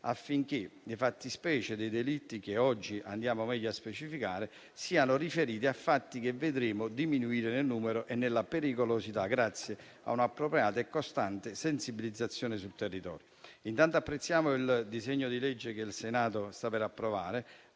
affinché le fattispecie dei delitti che oggi andiamo meglio a specificare siano riferite a fatti che vedremo diminuire nel numero e nella pericolosità, grazie a un'appropriata e costante sensibilizzazione sul territorio. Intanto apprezziamo il disegno di legge che il Senato sta per approvare,